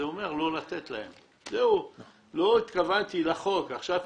אז הרציונל להקפאה במסגרת מערך היחסים בינינו לבין הרשות